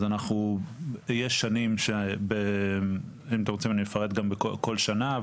אז אנחנו יש שנים שבהם אם אתם רוצים אני אפרט גם בכל שנה,